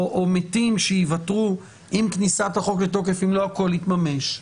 מתים שיוותרו עם כניסת החוק לתוקף אם לא הכל יתממש.